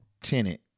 tenant